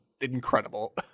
incredible